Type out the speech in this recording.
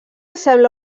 sembla